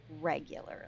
regularly